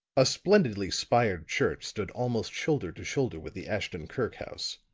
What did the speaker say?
a splendidly spired church stood almost shoulder to shoulder with the ashton-kirk house.